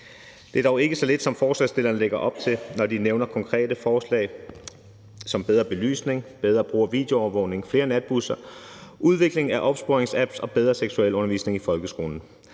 Det er dog ikke så let, som forslagsstillerne lægger op til, når de nævner konkrete forslag som bedre belysning, bedre brug af videoovervågning, flere natbusser, udvikling af opsporingsapps og bedre seksualundervisning i folkeskolen.